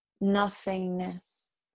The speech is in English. nothingness